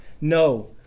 No